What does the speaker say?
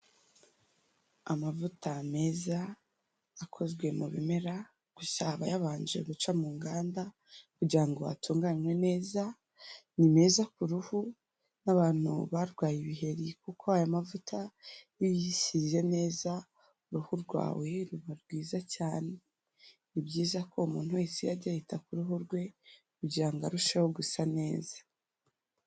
Amavuta meza akozwe mu bimera gusa aba yabanje guca mu nganda kugira ngo atunganwe neza, ni meza ku ruhu n'abantu barwaye ibiheri. Kuko aya mavuta iyo uyisize neza uruhu rwawe ruba rwiza cyane. Ni byiza ko umuntu wese ajya yita ku ruhu rwe kugira ngo arusheho gusa neza.